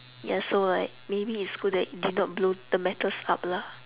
yes so like maybe it's good that you did not blow the matters up lah